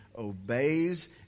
obeys